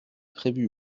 prévue